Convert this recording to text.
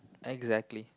exactly